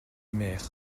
mer